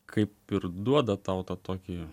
kaip ir duoda tau tą tokį